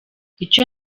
icyo